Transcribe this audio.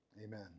amen